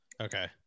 Okay